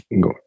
go